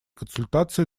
консультации